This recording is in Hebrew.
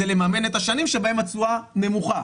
זה לממן את השנים שבהן התשואה נמוכה.